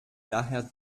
daher